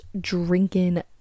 drinking